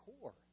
core